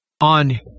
on